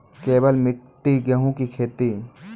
केवल मिट्टी गेहूँ की खेती?